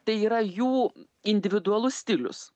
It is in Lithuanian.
tai yra jų individualus stilius